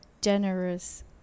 generous